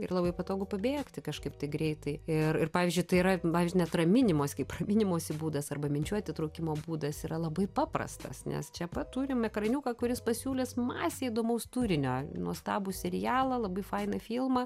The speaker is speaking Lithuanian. ir labai patogu pabėgti kažkaip greitai ir ir pavyzdžiui tai yra pavyzdžiui net raminimas kaip raminimosi būdas arba minčių atitrūkimo būdas yra labai paprastas nes čia pat turim ekraniuką kuris pasiūlys masę įdomaus turinio nuostabų serialą labai fainą filmą